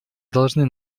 должны